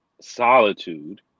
solitude